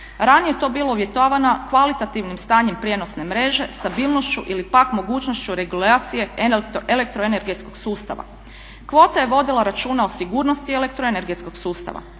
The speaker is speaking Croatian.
Ranije je to bilo uvjetovano kvalitativnim stanjem prijenosne mreže, stabilnošću ili pak mogućnošću regulacije elektroenergetskog sustava. Kvota je vodila računa o sigurnosti elektroenergetskog sustava.